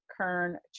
Kern